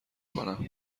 کنم